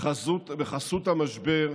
בחסות המשבר,